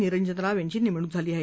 निरंजन राव यांची नेमणूक झाली आहे